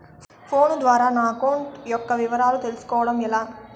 Phone ద్వారా నా account యొక్క వివరాలు తెలుస్కోవడం ఎలా?